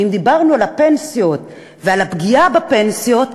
שאם דיברנו על הפנסיות ועל הפגיעה בפנסיות,